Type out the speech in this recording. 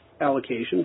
allocation